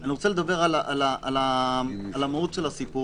אני רוצה לדבר על המהות של הסיפור.